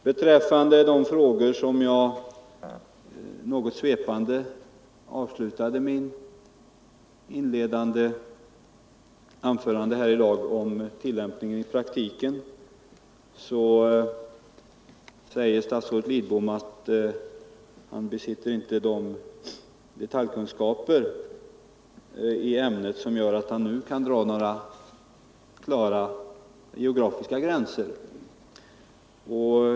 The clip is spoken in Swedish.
Jag avslutade mitt inledningsanförande med något svepande frågor om tillämpningen i praktiken av de här reglerna; statsrådet Lidbom säger att han inte besitter sådana detaljkunskaper i ämnet att han nu kan dra några klara geografiska gränser.